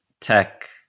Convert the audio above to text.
tech